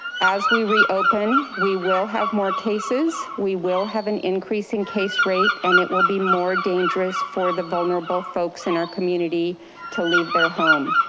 as we reopen, we will have more cases. we will have an increasing case rate and it will be more dangerous for the vulnerable folks in our community to leave their home.